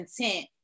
content